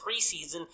preseason